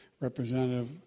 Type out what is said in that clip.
Representative